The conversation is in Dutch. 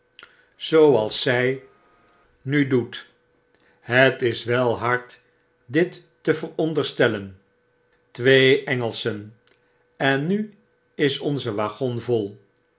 zg nu doet het is wel hard dit te veronderstellen twee engelschen en nu is onze waggon vol